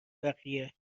بقیه